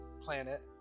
planet